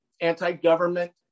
anti-government